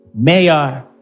mayor